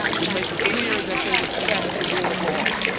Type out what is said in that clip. to make it clear that they respect the rule of law,